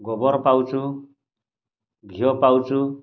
ଗୋବର ପାଉଛୁ ଘିଅ ପାଉଛୁ